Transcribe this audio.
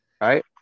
Right